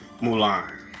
Mulan